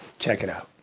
check it out.